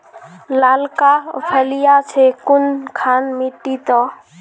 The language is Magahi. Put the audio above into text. लालका फलिया छै कुनखान मिट्टी त?